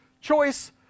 choice